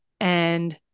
And-